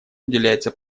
уделяется